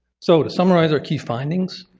so to summarize our key findings,